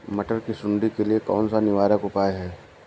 मटर की सुंडी के लिए कौन सा निवारक उपाय है?